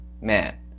man